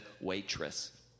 waitress